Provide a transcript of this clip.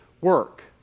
work